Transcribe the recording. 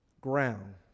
ground